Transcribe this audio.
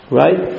right